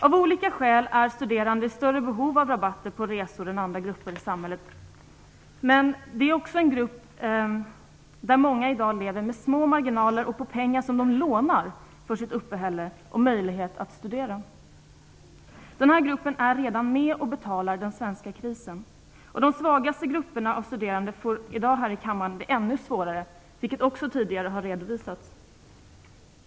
Av olika skäl är studerande i större behov av rabatter på resor än andra grupper i samhället. Men det är också en grupp där många i dag lever med små marginaler och på pengar som de lånar för sitt uppehälle och sin möjlighet att studera. Den här gruppen är redan med och betalar den svenska krisen. De svagaste grupperna av studerande får genom beslutet i dag här i kammaren det ännu svårare, vilket också har redovisats tidigare.